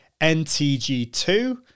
NTG2